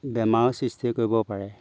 বেমাৰৰ সৃষ্টি কৰিব পাৰে